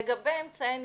לגבי אמצעי ניתור,